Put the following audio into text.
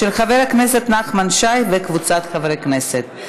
של חבר הכנסת נחמן שי וקבוצת חברי כנסת.